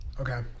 Okay